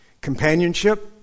Companionship